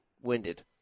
winded